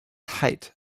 height